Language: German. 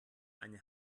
eine